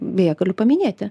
beje galiu paminėti